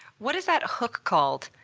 what is that hook called?